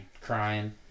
crying